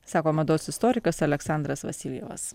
sako mados istorikas aleksandras vasiljevas